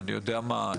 אני יודע מה,